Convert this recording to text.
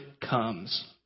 comes